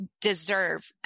deserve